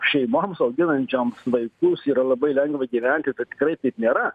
šeimoms auginančioms vaikus yra labai lengva gyventi tai tikrai taip nėra